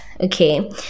Okay